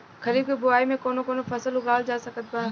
खरीब के बोआई मे कौन कौन फसल उगावाल जा सकत बा?